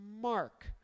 Mark